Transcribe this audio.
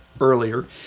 earlier